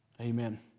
Amen